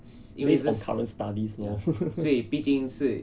based on current studies lor